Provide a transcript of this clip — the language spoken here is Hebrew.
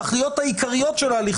התכליות העיקריות של ההליך